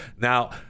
Now